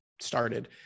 started